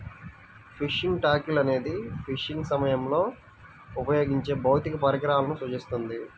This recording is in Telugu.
ఫిషింగ్ టాకిల్ అనేది ఫిషింగ్ సమయంలో ఉపయోగించే భౌతిక పరికరాలను సూచిస్తుంది